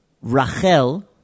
Rachel